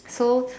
so